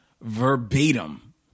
verbatim